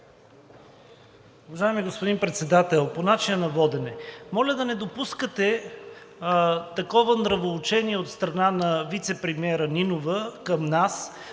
Добре,